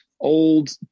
old